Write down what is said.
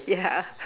ya